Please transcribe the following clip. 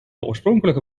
oorspronkelijke